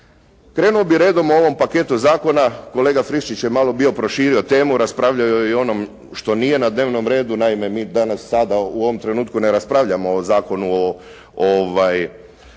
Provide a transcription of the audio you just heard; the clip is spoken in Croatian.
Krenuo bih redom ovim paketom zakona, kolega Friščić je malo bio proširio temu, raspravljao je i o onom što nije na dnevnom redu. Naime, mi sada u ovom trenutku ne raspravljamo o Zakonu o